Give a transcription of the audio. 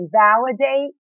validate